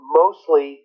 mostly